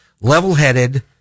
level-headed